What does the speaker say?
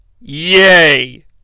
Yay